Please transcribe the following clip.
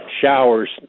showers